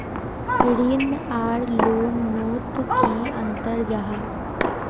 ऋण आर लोन नोत की अंतर जाहा?